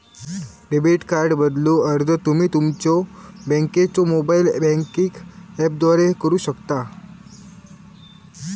debit card बदलूक अर्ज तुम्ही तुमच्यो बँकेच्यो मोबाइल बँकिंग ऍपद्वारा करू शकता